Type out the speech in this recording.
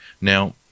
Now